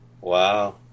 wow